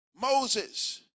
Moses